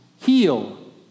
heal